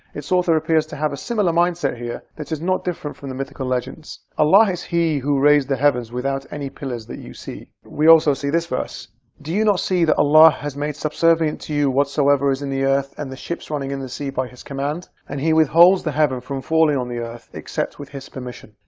it's author appears to have a similar mindset here, that is not different from the mythical legends. allah like is he who raised the heavens without any pillars that you see we also see this verse do you not see that allah has made subservient to you whatsoever is in the earth and the ships running in the sea by his command? and he withholds the heaven from falling on the earth except with his permission.